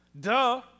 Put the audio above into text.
Duh